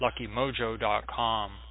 LuckyMojo.com